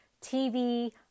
TV